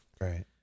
Right